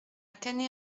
canet